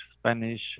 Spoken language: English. Spanish